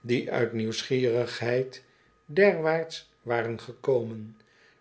die uit nieuwsgierigheid derwaarts waren gekomen